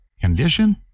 condition